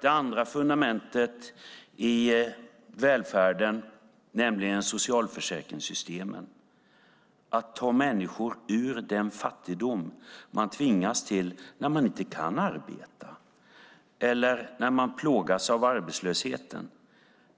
Det andra fundamentet i välfärden är socialförsäkringssystemen, att ta människor ur den fattigdom de tvingas till när de inte kan arbeta eller när de plågas av arbetslösheten